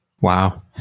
wow